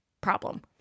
problem